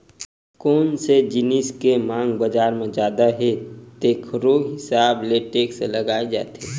कोन से जिनिस के मांग बजार म जादा हे तेखरो हिसाब ले टेक्स लगाए जाथे